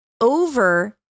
over